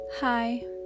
Hi